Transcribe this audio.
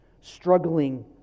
struggling